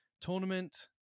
tournament